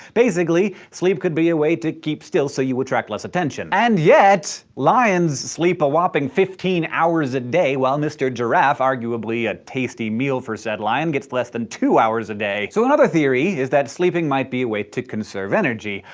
basically, sleep could be a way to keep still so you attract less attention. and yet, lions sleep a whopping fifteen hours a day while mr giraffe, arguably a tasty meal for sad lion, gets less than two hours a day. so another theory is that sleeping might be a way to conserve energy.